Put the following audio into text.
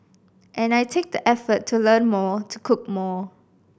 and I take the effort to learn more to cook more